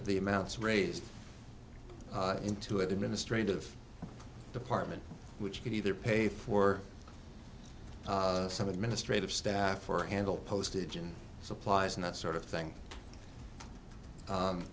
of the amounts raised into administrative department which could either pay for some administrative staff or handle postage and supplies and that sort of thing